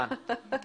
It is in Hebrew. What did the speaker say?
רן.